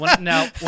Now